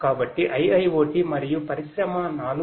కాబట్టి IIoT మరియు పరిశ్రమ 4